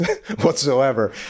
whatsoever